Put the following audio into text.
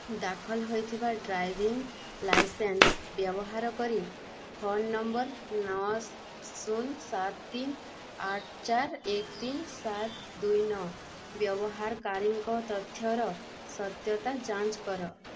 ଦାଖଲ ହୋଇଥିବା driving licence ବ୍ୟବହାର କରି ଫୋନ ନମ୍ବର ନଅ ଶୂନ ସାତ ତିନି ଆଠ ଚାରି ଏକ ତିନି ସାତ ଦୁଇ ନଅ ବ୍ୟବହାରକାରୀଙ୍କ ତଥ୍ୟର ସତ୍ୟତା ଯାଞ୍ଚ କର